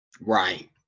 right